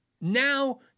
Now